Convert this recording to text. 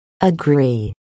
Agree